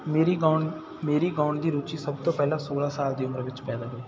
ਮੇਰੀ ਗਾਉਣ ਮੇਰੀ ਗਾਉਣ ਦੀ ਰੁਚੀ ਸਭ ਤੋਂ ਪਹਿਲਾਂ ਸੌਲ੍ਹਾਂ ਸਾਲ ਦੀ ਉਮਰ ਵਿੱਚ ਪੈਦਾ ਹੋਈ